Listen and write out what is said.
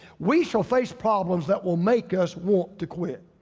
we shall face problems that will make us want to quit.